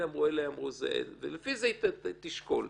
אלה אמרו כך וכך,